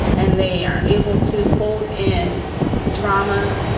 and they are able to fold in drama,